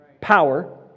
power